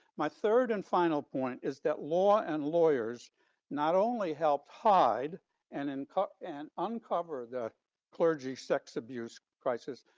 my third and final point is that law and lawyers not only helped hide and uncut and uncover the clergy sex abuse crisis,